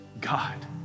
God